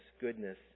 goodness